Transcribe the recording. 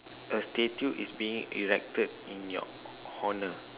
a statue is being erected in your honour